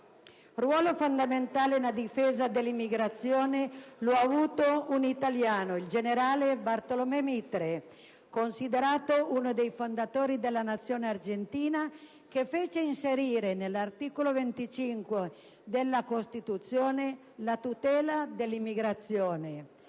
Ruolo fondamentale nella difesa dell'immigrazione lo ha avuto un italiano, il generale Bartolomé Mitre, considerato uno dei fondatori della Nazione argentina, che fece inserire nell'articolo 25 della Costituzione la tutela dell'immigrazione.